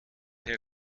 herr